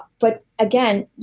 but again,